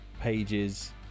Page's